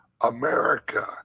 America